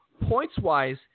points-wise